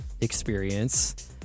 experience